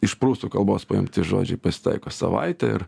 iš prūsų kalbos paimti žodžiai pasitaiko savaitė ir